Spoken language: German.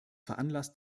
veranlasst